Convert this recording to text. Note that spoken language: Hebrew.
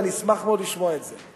ואני אשמח מאוד לשמוע את זה,